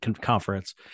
conference